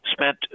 Spent